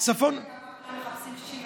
יודע כמה מחפשים 61